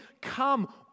come